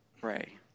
pray